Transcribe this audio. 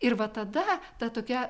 ir va tada ta tokia